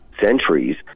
centuries